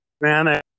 man